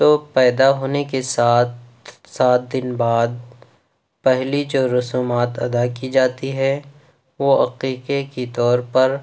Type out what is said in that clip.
تو پیدا ہونے کے ساتھ سات دن بعد پہلی جو رسومات ادا کی جاتی ہے وہ عقیقے کے طور پر